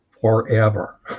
forever